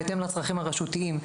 בהתאם לצרכים הרשותיים.